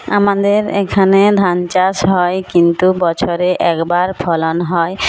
আমাদের এখানে ধান চাষ হয় কিন্তু বছরে একবার ফলন হয়